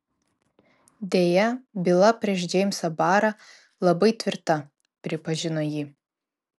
deja byla prieš džeimsą barą labai tvirta pripažino ji